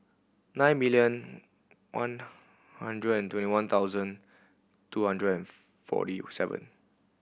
nine million one hundred and twenty one thousand two hundred and forty seven